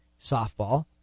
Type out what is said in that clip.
softball